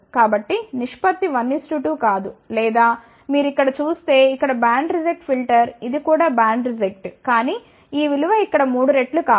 కాబట్టి నిష్పత్తి 1 2 కాదు లేదా మీరు ఇక్కడ చూస్తే ఇక్కడ బ్యాండ్ రిజెక్ట్ ఫిల్టర్ ఇది కూడా బ్యాండ్ రిజెక్ట్ కానీ ఈ విలువ ఇక్కడ 3 రెట్లు కాదు